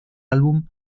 álbum